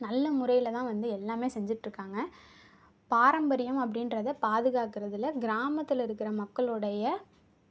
நல்ல முறையிலதான் வந்து எல்லாம் செஞ்சிகிட்டு இருக்காங்க பாரம்பரியம் அப்படின்றத பாதுகாக்குறதில் கிராமத்தில் இருக்கிற மக்களுடைய